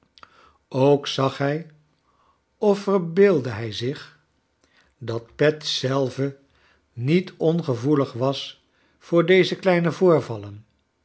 ook zag hij of verbeeldde hij zich dat pet zelve niet ongevoelig was voor deze kleine voorvallen